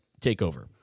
takeover